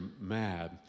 mad